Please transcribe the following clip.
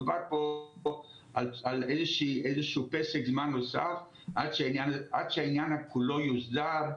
מדובר פה על איזשהו פסק זמן נוסף עד שהעניין כולו יוסדר.